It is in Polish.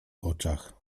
oczach